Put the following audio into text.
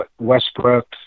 Westbrook